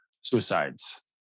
suicides